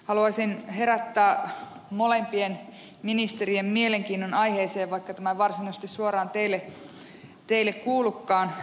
haluaisin herättää molempien ministerien mielenkiinnon aiheeseen vaikka tämä ei varsinaisesti suoraan teille kuulukaan